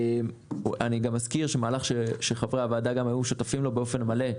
אני אזכיר מהלך שחברי הוועדה היו שותפים לו באופן מלא,